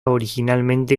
originalmente